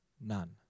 None